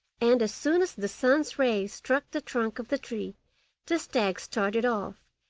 and as soon as the sun's rays struck the trunk of the tree the stag started off,